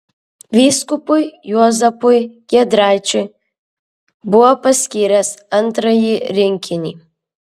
vyskupui juozapui giedraičiui buvo paskyręs antrąjį rinkinį